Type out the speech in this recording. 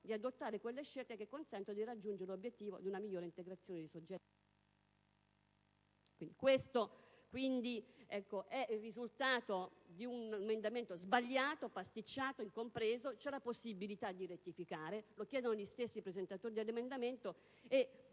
di adottare quelle scelte che consentano di raggiungere l'obiettivo di una migliore integrazione dei soggetti afflitti da disabilità. Questo è il risultato di un emendamento sbagliato, pasticciato, incompreso; c'è la possibilità di rettificarlo, come chiedono gli stessi presentatori, ed è